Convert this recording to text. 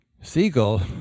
seagull